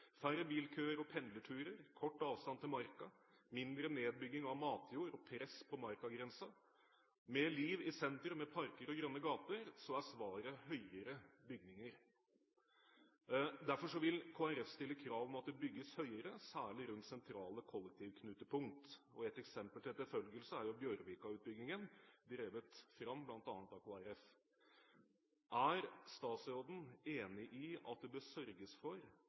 færre bilkøer og pendlerturer, kort avstand til marka, mindre nedbygging av matjord og press på markagrensen, mer liv i sentrum med parker og grønne gater, så er svaret høyere bygninger. Derfor vil Kristelig Folkeparti stille krav om at det bygges høyere, særlig rundt sentrale kollektivknutepunkt. Et eksempel til etterfølgelse er jo Bjørvika-utbyggingen, drevet fram bl.a. av Kristelig Folkeparti. Er statsråden enig i at det bør sørges for